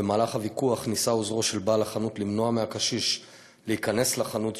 במהלך הוויכוח ניסה עוזרו של בעל החנות למנוע מהקשיש להיכנס לחנות,